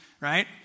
right